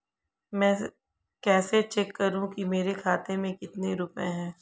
मैं कैसे चेक करूं कि मेरे खाते में कितने रुपए हैं?